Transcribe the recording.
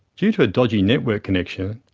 due to a dodgy network connection,